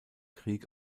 krieg